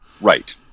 right